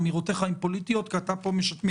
אמירותיך הן פוליטיות כי אתה פה מייצג